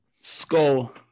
Skull